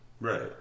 right